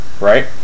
right